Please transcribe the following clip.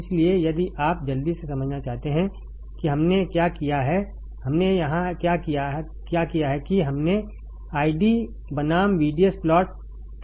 इसलिए यदि आप जल्दी से समझना चाहते हैं कि हमने क्या किया है हमने यहाँ क्या किया है कि हमने ID बनाम VDS प्लॉट तैयार किया है